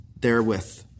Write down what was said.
therewith